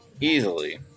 Easily